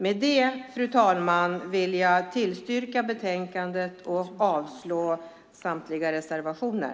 Med det, fru talman, vill jag yrka bifall till utskottets förslag i betänkandet och avslag på samtliga reservationer.